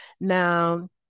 Now